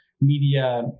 media